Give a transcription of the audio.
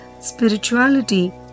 spirituality